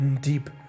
Deep